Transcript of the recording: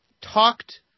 talked